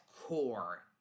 core